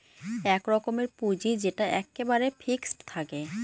এক রকমের পুঁজি যেটা এক্কেবারে ফিক্সড থাকে